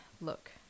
Look